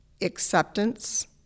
acceptance